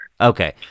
Okay